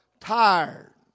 tired